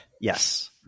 Yes